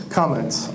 comments